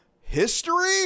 history